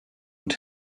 und